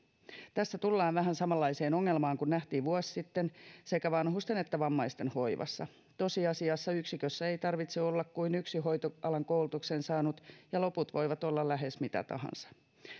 tässä tullaan vähän samanlaiseen ongelmaan kuin mikä nähtiin vuosi sitten sekä vanhusten että vammaisten hoivassa tosiasiassa yksikössä ei tarvitse olla kuin yksi hoitoalan koulutuksen saanut ja loput voivat olla lähes mitä tahansa